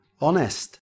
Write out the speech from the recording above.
Honest